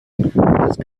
gab